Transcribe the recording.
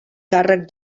càrrec